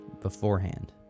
beforehand